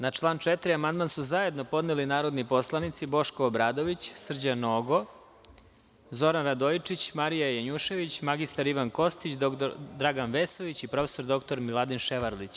Na član 4. amandmane su zajedno podneli narodni poslanici Boško Obradović, Srđan Nogo, Zoran Radojičić, Marija Janjušević, mr Ivan Kostić, dr Dragan Vesović i prof. dr Miladin Ševarlić.